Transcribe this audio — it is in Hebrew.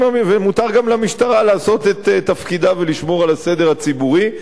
ומותר גם למשטרה לעשות את תפקידה ולשמור על הסדר הציבורי.